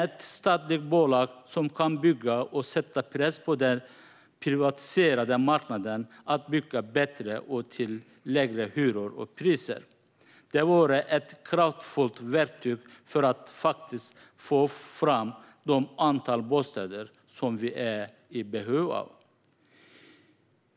Ett statligt bolag kan bygga och sätta press på den privatiserade marknaden att bygga bättre och till lägre hyror och priser. Det vore ett kraftfullt verktyg för att faktiskt få fram det antal bostäder som vi är i behov av.